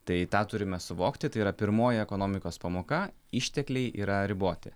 tai tą turime suvokti tai yra pirmoji ekonomikos pamoka ištekliai yra riboti